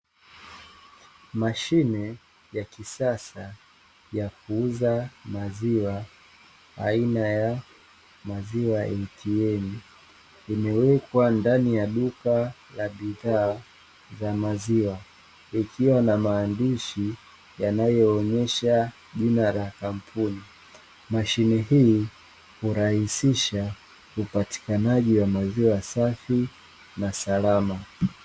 Mashine ya kisasa ya kuuza maziwa aina ya maziwa atm nimewekwa ndani ya duka la bidhaa za maziwa, ikiwa na maandishi yanayoonyesha jina la kampuni mashine hii uraisisha upatikanaji wa maziwa safi na salama.